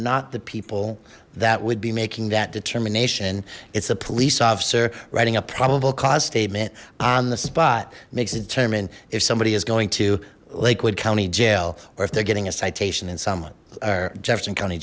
not the people that would be making that determination it's a police officer writing a probable cause statement on the spot makes it determine if somebody is going to lakewood county jail or if they're getting a citation in someone or jefferson county